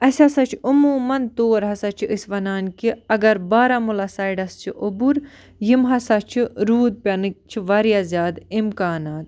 اَسہِ ہسا چھِ عموماً طور ہسا چھِ أسۍ وَنان کہِ اگر بارہمولہ سایڈَس چھِ اوٚبُر یِم ہسا چھِ روٗد پٮ۪نٕکۍ چھِ واریاہ زیادٕ اِمکانات